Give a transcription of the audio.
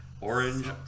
orange